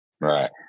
Right